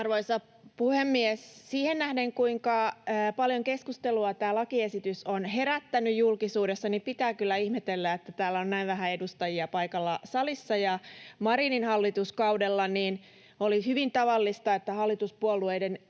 Arvoisa puhemies! Siihen nähden, kuinka paljon keskustelua tämä lakiesitys on herättänyt julkisuudessa, pitää kyllä ihmetellä, että täällä salissa on näin vähän edustajia paikalla. Marinin hallituskaudella oli hyvin tavallista, että hallituspuolueiden